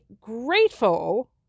grateful